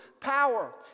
power